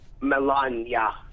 Melania